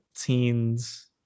teens